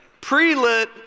pre-lit